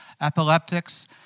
epileptics